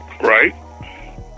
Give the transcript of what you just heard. Right